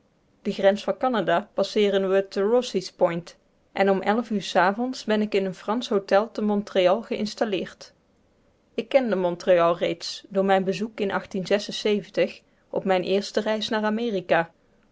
de grens van canada passeeren we te rouse's point en om elf uur s avonds ben ik in een fransch hotel te montreal geïnstalleerd ik kende montreal reeds door mijn bezoek in op mijne eerste reis naar amerika